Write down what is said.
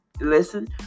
Listen